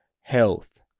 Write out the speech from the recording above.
health